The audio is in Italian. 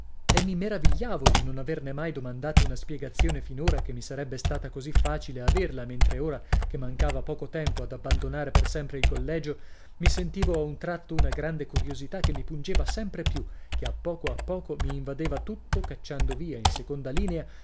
e mi meravigliavo di non averne mai domandato una spiegazione finora che mi sarebbe stato così facile averla mentre ora che mancava poco tempo ad abbandonare per sempre il collegio mi sentivo a un tratto una grande curiosità che mi pungeva sempre più che a poco a poco mi invadeva tutto cacciando via in seconda linea